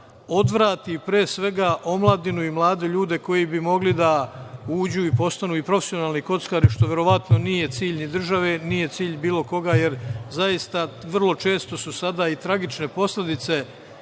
odvrati pre svega omladinu i mlade ljude koji bi mogli da uđu i postanu i profesionalni kockari, što verovatno nije cilj ni države, nije cilj bilo koga, jer zaista vrlo često su sada i tragične posledice